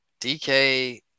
DK